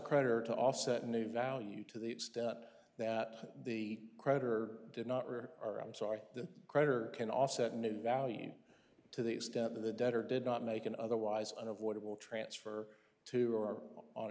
creditor to offset a new value to the extent that the creditor did not return or i'm sorry the creditor can offset a new value to the extent that the debtor did not make an otherwise unavoidable transfer to or on